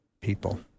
people